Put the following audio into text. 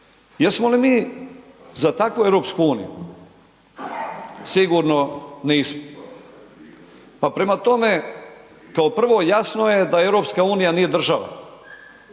Jesmo li mi za takvu EU? Sigurno nismo. Pa prema tome, kao prvo, jasno je da EU nije država.